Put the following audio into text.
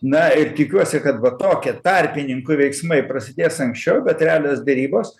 na ir tikiuosi kad va tokie tarpininkų veiksmai prasidės anksčiau bet realios derybos